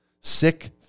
sick